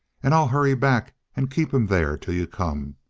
and i'll hurry back and keep him there till you come.